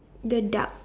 the duck